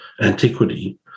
antiquity